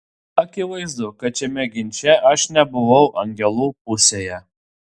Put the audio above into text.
akivaizdu kad šiame ginče aš nebuvau angelų pusėje